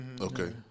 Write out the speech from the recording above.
Okay